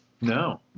No